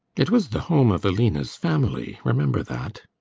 it was the home of aline's family. remember that.